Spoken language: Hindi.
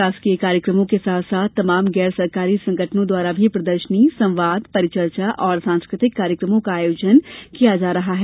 शासकीय कार्यक्रमों के साथ साथ तमाम गैरसरकारी संगठनों द्वारा भी प्रदर्शनी संवाद परिचर्चा और सांस्कृतिक कार्यकमों का आयोजन किया जा रहा है